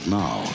now